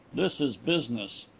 this is business.